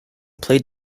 played